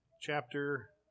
chapter